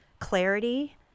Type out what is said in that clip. clarity